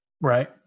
right